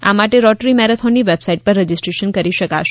આ માટે રોટરી મેરેથોનની વેબસાઈટ પર રજીસ્ટ્રેશન કરી શકાશે